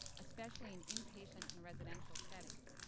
especially in inpatient and residential settings.